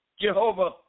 Jehovah